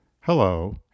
Hello